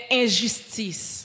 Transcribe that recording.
injustice